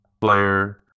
player